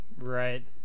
Right